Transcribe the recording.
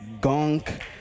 gunk